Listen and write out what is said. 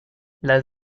las